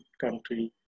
country